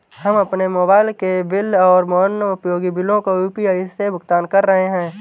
हम अपने मोबाइल के बिल और अन्य उपयोगी बिलों को यू.पी.आई से भुगतान कर रहे हैं